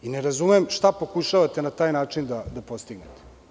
Ne razumem šta pokušavate na taj način da postignete?